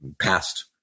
past